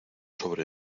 sobre